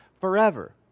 forever